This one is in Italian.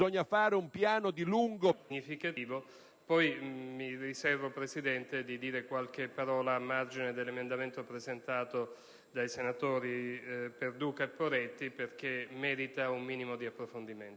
prevedeva la non utilizzazione e quindi la cancellazione dei profili del DNA soltanto a seguito di assoluzione perché il fatto non sussiste o perché l'imputato non lo ha commesso.